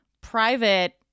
private